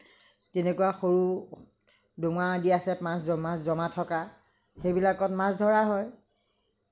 তেনেকুৱা সৰু ডোঙা আদি আছে মাছ জমা থকা সেইবিলাকত মাছ ধৰা হয়